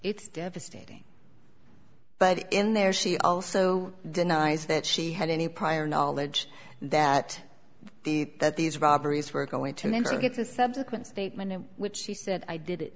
it's devastating but in there she also denies that she had any prior knowledge that the that these robberies were going to get the subsequent statement in which she said i did it